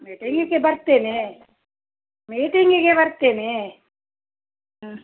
ಮೀಟಿಂಗಿಗೆ ಬರ್ತೇನೆ ಮೀಟಿಂಗಿಗೆ ಬರ್ತೇನೆ ಹ್ಞೂ